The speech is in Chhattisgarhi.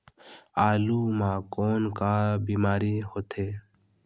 आलू म कौन का बीमारी होथे?